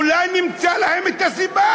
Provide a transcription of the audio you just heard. אולי נמצא בהם את הסיבה.